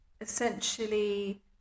essentially